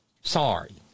sorry